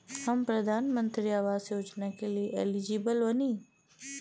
हम प्रधानमंत्री आवास योजना के लिए एलिजिबल बनी?